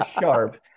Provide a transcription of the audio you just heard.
sharp